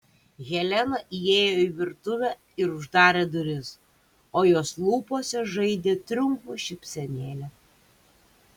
helena įėjo į virtuvę ir uždarė duris o jos lūpose žaidė triumfo šypsenėlė